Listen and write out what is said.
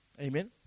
Amen